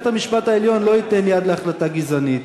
בית-המשפט העליון לא ייתן יד להחלטה גזענית.